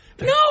No